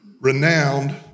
renowned